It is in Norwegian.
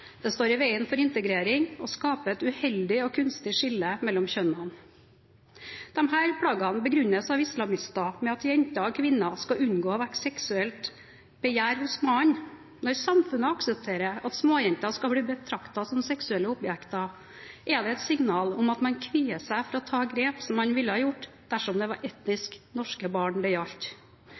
det står i veien for integrering og skaper et uheldig og kunstig skille mellom kjønnene. Disse plaggene begrunnes av islamister med at jenter og kvinner skal unngå å vekke seksuelt begjær hos mannen. Når samfunnet aksepterer at småjenter skal bli betraktet som seksuelle objekter, er det et signal om at man kvier seg for å ta grep, som man ville ha gjort dersom det var etnisk norske barn det gjaldt.